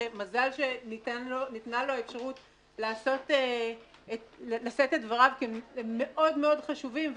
שמזל שניתנה לו האפשרות לשאת את דבריו כי הם מאוד מאוד חשובים,